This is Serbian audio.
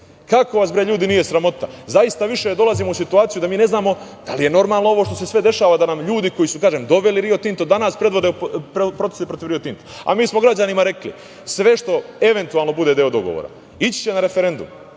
Kako vas bre, ljudi, nije sramota? Zaista, više dolazimo u situaciju da mi ne znamo da li je normalno sve ovo što se dešava, da ljudi koji su doveli Rio Tinto, danas predvode procese protiv Rio Tinta? Mi smo građanima rekli, sve što eventualno bude deo dogovora ići će na referendum.